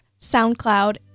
SoundCloud